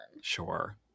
Sure